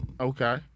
Okay